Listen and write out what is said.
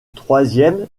troisième